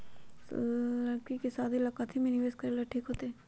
लड़की के शादी ला काथी में निवेस करेला ठीक होतई?